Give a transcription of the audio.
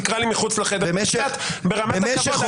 תקרא לי מחוץ לחדר --- ברמת הכבוד,